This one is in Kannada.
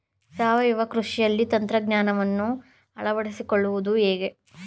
ಸಾವಯವ ಕೃಷಿಯಲ್ಲಿ ತಂತ್ರಜ್ಞಾನವನ್ನು ಅಳವಡಿಸಿಕೊಳ್ಳುವುದು ಹೇಗೆ?